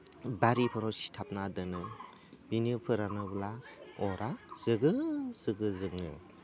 बारिफोराव सिथाबना दोनो बिनो फोरानोब्ला अरा जोबोद जोगो जोगो जोङो